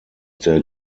der